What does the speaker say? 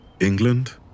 England